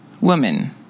women